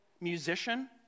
musician